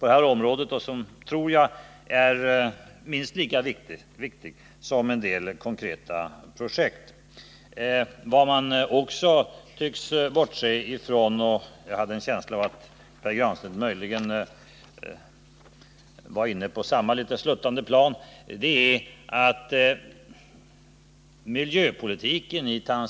Dessa är ofta minst lika viktiga som en del andra projekt. Vad man också tycks bortse från är att miljöpolitiken i Tanzania, Kenya, Vietnam och andra länder som vi samarbetar med inte kan bestämmas av SIDA eller av Sveriges riksdag.